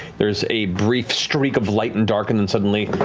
there's a brief streak of light and dark and and suddenly,